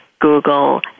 Google